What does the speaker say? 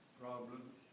problems